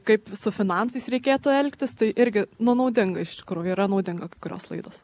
kaip su finansais reikėtų elgtis tai irgi nu naudinga iš tikrųjų yra naudinga kai kurios laidos